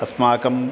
अस्माकम्